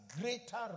greater